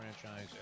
franchise